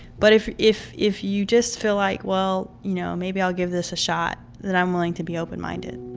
but if if if you just feel like, well, you know, maybe i'll give this a shot, then i'm willing to be open-minded